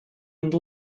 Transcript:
and